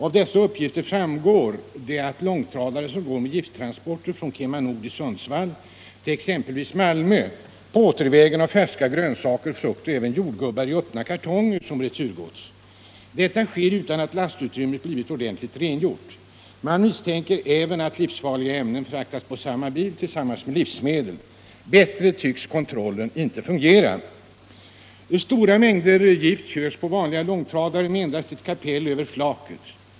Av dessa uppgifter framgår att långtradare med gifttransporter från KemaNord i Sundsvall till exempelvis Malmö på återvägen tar färska grönsaker, frukt och även jordgubbar i öppna kartonger som returgods. Det sker utan att lastutrymmet blivit ordentligt rengjort. Man misstänker även att livsfarliga ämnen fraktas på samma bilar som livsmedel. Bättre tycks kontrollen inte fungera. Stora mängder gift körs på vanliga långtradare med endast ett kapell över flaket.